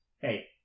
Hey